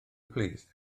plîs